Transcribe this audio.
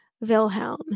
Wilhelm